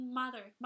mother